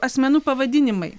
asmenų pavadinimai